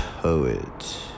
poet